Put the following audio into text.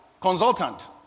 consultant